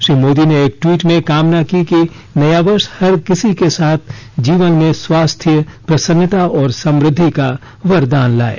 श्री मोदी ने एक ट्वीट में कामना की कि नया वर्ष हर किसी के जीवन में स्वास्थ्य प्रसन्नता और समृद्धि का वरदान लाये